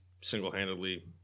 single-handedly